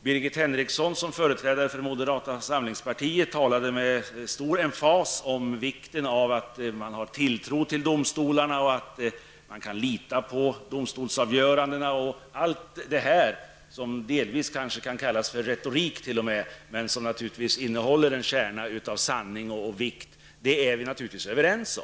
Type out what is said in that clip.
Birgit Henriksson, som företräder moderata samlingspartiet, talade med stor emfas om vikten av att man har tilltro till domstolarna och av att man kan lita på domstolsavgörandena. Allt detta -- delvis kan det här t.o.m. kallas för retorik -- innehåller naturligtvis en kärna av sanning och vikt, och här är vi naturligtvis överens.